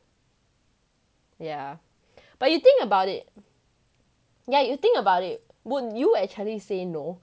yeah but you think about it yeah you think about it would you actually say no